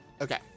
Okay